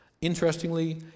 interestingly